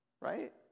right